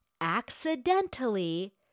accidentally